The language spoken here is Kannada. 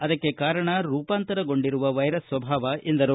ಅದಕ್ಕೆ ಕಾರಣ ರೂಪಾಂತರಗೊಂಡಿರುವ ವೈರಸ್ ಸ್ವಭಾವ ಎಂದರು